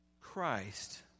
Christ